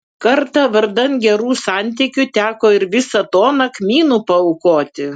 kartą vardan gerų santykių teko ir visą toną kmynų paaukoti